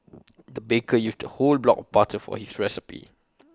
the baker used A whole block of butter for this recipe